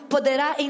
Poderá